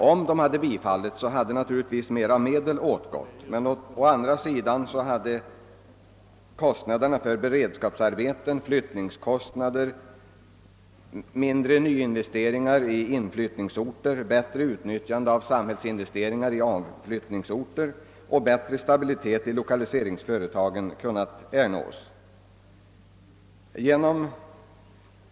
Om förslagen hade bifallits skulle givetvis mera pengar ha gått åt, men å andra sidan hade minskade kostnader för beredskapsarbeten, flyttningar och nyinvesteringar i inflyttningsorter samt ett bättre utnyttjande av samhällets investeringar i avflyttningsorter och större stabilitet i lokaliseringsföretagen uppnåtts.